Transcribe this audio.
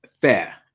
fair